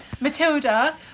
matilda